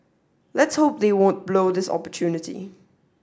let's hope they won't blow this opportunity